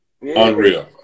Unreal